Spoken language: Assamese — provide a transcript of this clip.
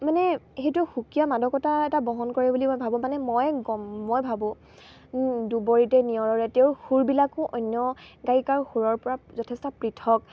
মানে সেইটো সুকীয়া মাদকতা এটা বহন কৰে বুলি মই ভাবোঁ মানে মই গম মই ভাবোঁ দুবৰীতে নিয়ৰৰে তেওঁৰ সুৰবিলাকো অন্য গায়িকাৰ সুৰৰ পৰা যথেষ্ট পৃথক